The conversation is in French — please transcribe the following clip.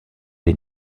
des